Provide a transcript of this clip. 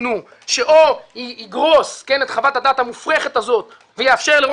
תתנו פתרון שיגרוס את חוות הדעת המופרכת הזו ויאפשר לראש